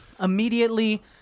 Immediately